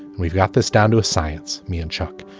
we've got this down to a science. me and chuck,